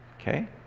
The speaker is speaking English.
Okay